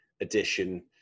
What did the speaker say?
edition